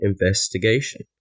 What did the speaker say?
investigation